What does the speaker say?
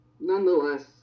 nonetheless